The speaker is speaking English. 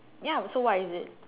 ya so what is it